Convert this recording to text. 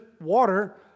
water